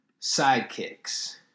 sidekicks